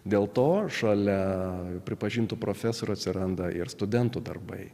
dėl to šalia pripažintų profesorių atsiranda ir studentų darbai